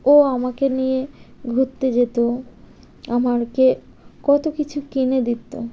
ও আমাকে নিয়ে ঘুরতে যেত আমাকে কত কিছু কিনে দিত